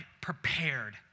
prepared